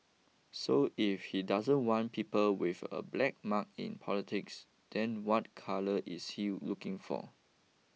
so if he doesn't want people with a black mark in politics then what colour is he looking for